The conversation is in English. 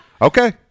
okay